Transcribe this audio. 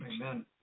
Amen